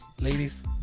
ladies